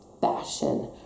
fashion